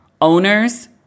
owners